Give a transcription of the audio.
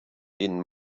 denen